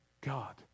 God